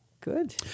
good